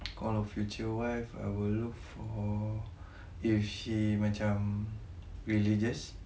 kalau future wife I will look for if she macam religious